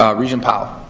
um regent powell.